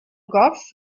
gough